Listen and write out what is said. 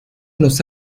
los